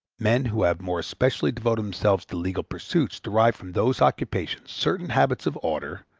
men who have more especially devoted themselves to legal pursuits derive from those occupations certain habits of order,